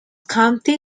county